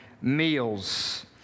meals